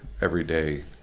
everyday